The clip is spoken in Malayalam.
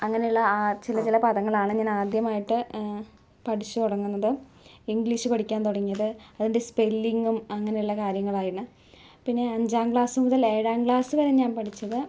അങ്ങനെയുള്ള ചില ചില പദങ്ങളാണ് ഞാനാദ്യമായിട്ട് പഠിച്ചു തുടങ്ങുന്നത് ഇംഗ്ലീഷ് പഠിക്കാൻ തുടങ്ങിയത് അതിൻ്റെ സ്പെല്ലിംഗും അങ്ങനെയുള്ള കാര്യങ്ങളുമായിരുന്ന് പിന്നെ അഞ്ചാം ക്ലാസ്സുമുതൽ ഏഴാം ക്ലാസ്സുവരെ ഞാൻ പഠിച്ചത്